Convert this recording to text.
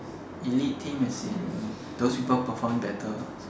elite team as in those people perform better